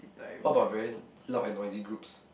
what about very loud and noisy groups